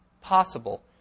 possible